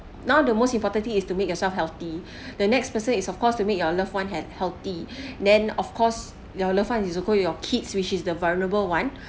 now the most important thing is to make yourself healthy the next person is of course to meet your loved one have healthy then of course your loved one is also your kids which is the vulnerable one